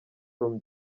from